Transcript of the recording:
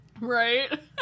Right